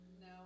No